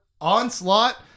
onslaught